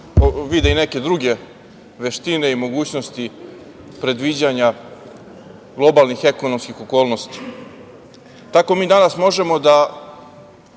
vide i neke druge veštine i mogućnosti predviđanja globalnih ekonomskih okolnosti. Tako mi danas možemo da